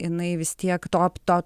jinai vis tiek to to